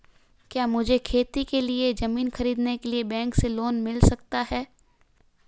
क्या मुझे खेती के लिए ज़मीन खरीदने के लिए बैंक से लोन मिल सकता है?